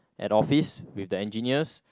at office with the engineers